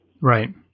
Right